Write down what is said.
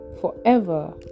forever